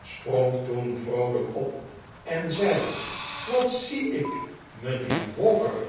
sprong toen vroolijk op en zei wat zie ik mijnheer walker